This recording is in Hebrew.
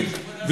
אז תגיד.